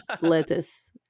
lettuce